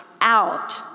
out